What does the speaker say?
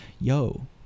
Yo